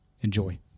Enjoy